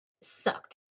sucked